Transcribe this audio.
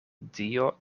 dio